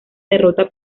derrota